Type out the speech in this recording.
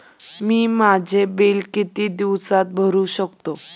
मी माझे बिल किती दिवसांत भरू शकतो?